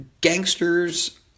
Gangsters